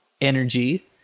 energy